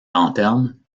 lanterne